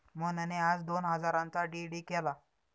मोहनने आज दोन हजारांचा डी.डी केला